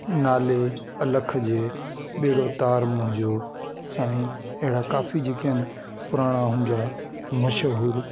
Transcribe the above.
नाले अलख जे बेड़ो तार मुंहिंजो साईं अहिड़ा काफ़ी जेका आहिनि पुराणा हुन जा मशहूरु